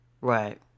Right